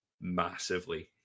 massively